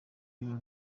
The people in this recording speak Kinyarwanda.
bibazo